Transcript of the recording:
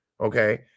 Okay